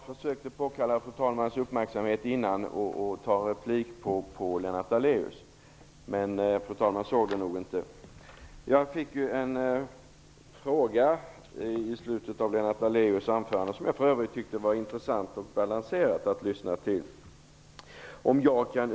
Fru talman! Lennart Daléus ställde en fråga till mig i slutet av sitt huvudanförande, vilket för övrigt var intressant att lyssna till. Dessutom var det balanserat.